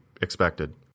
expected